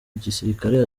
gisirikare